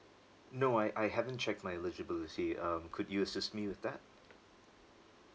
no I I haven't checked my eligibility um could you assist me with that